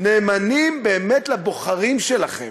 נאמנים באמת לבוחרים שלכם.